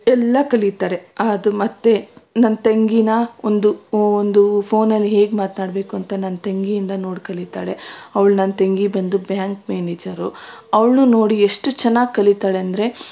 ಎಲ್ಲ ಕಲೀತಾರೆ ಅದು ಮತ್ತು ನನ್ನ ತಂಗೀನ ಒಂದು ಒಂದು ಫೋನಲ್ಲಿ ಹೇಗೆ ಮಾತಾಡಬೇಕು ಅಂತ ನನ್ನ ತಂಗಿಯಿಂದ ನೋಡಿ ಕಲೀತಾಳೆ ಅವ್ಳು ನನ್ನ ತಂಗಿ ಬಂದು ಬ್ಯಾಂಕ್ ಮ್ಯಾನೇಜರು ಅವ್ಳನ್ನೂ ನೋಡಿ ಎಷ್ಟು ಚೆನ್ನಾಗಿ ಕಲೀತಾಳಂದರೆ